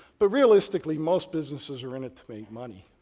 but realistically, most businesses are in it to make money.